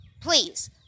please